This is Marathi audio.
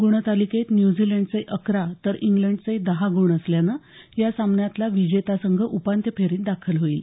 गुणतालिकेत न्यूझीलंडचे अकरा तर इंग्लंडचे दहा गुण असल्याने या सामन्यातला विजेता संघ उपांत्य फेरीत दाखल होईल